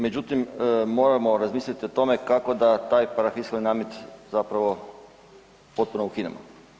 Međutim, moramo razmisliti o tome kako da taj parafiskalni namet zapravo potpuno ukinemo.